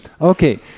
Okay